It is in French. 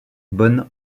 bonne